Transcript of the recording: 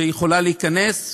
יכולה להיכנס,